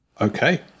Okay